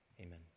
Amen